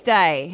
day